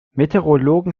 meteorologen